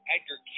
Edgar